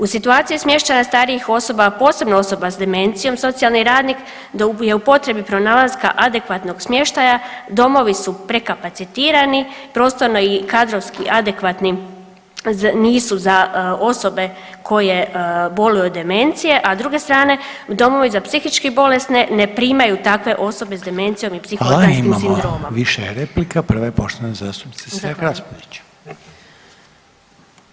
U situaciji smještaja starijih osoba, a posebno osoba s demencijom socijalni radnik je u potrebi pronalaska adekvatnog smještaja, domovi su prekapacitirani, prostorno i kadrovski adekvatni nisu za osobe koje boluju od demencije, a s druge strane domovi za psihičke bolesne ne primaju takve osobe s demencijom i psiho organskim sindromom.